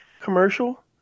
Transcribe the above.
commercial